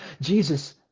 jesus